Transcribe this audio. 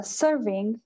serving